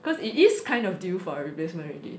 because it is kind of due for a replacement already